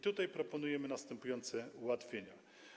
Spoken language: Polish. Tutaj proponujemy następujące ułatwienia.